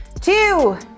two